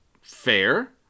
fair